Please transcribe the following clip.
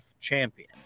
champion